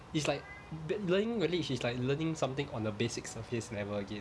it's like ba~ learning language is like learning something on the basic surface level again